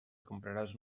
compraràs